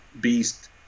beast